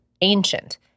ancient